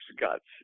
Guts